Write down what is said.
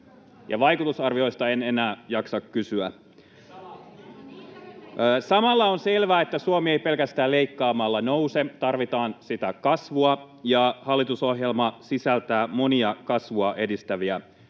ryhmästä: Ne salattiin!] Samalla on selvää, että Suomi ei pelkästään leikkaamalla nouse. Tarvitaan sitä kasvua, ja hallitusohjelma sisältää monia kasvua edistäviä